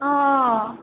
অঁ